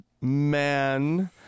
man